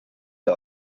der